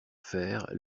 faire